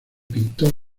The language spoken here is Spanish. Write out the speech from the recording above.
pintor